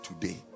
today